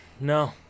No